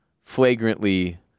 flagrantly